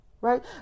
Right